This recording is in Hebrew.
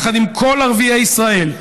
יחד עם כל ערביי ישראל,